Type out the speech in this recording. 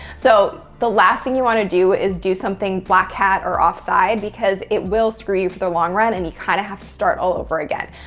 so, the last thing you want to do is do something black hat or offside, offside, because it will screw you for the long run and you kind of have to start all over again.